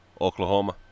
Oklahoma